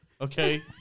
Okay